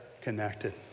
connected